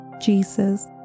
Jesus